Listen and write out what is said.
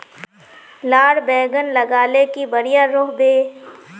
लार बैगन लगाले की बढ़िया रोहबे?